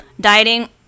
dieting